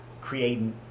creating